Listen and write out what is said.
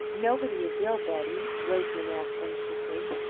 nobody is ill, betty? rosamond asked, anxiously.